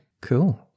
Cool